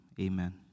amen